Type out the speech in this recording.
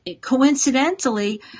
coincidentally